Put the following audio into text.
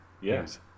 Yes